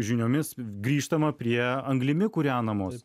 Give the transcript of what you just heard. žiniomis grįžtama prie anglimi kūrenamos